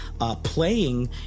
playing